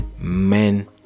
men